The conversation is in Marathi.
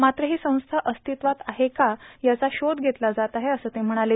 मात्र ही संस्था अस्तित्वात आहे का याचा शोध घेतला जात आहे असं ते म्हणाले